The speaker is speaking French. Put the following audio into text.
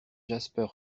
jasper